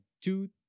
two